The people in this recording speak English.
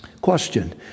Question